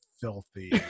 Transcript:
filthy